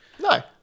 No